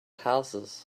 houses